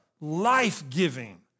life-giving